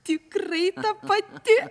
tikrai ta pati